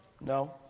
No